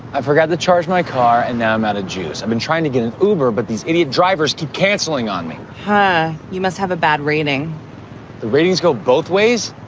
i forgot to charge my car and now i'm out of juice. i've been trying to get an uber, but these idiot drivers to canceling on me. hi. you must have a bad rating. the ratings go both ways.